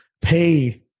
pay